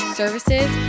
services